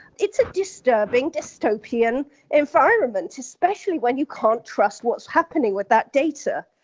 it's a disturbing dystopian environment, especially when you can't trust what's happening with that data.